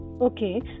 Okay